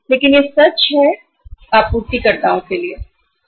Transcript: लेकिन यह आपूर्तिकर्ताओं के लिए सही है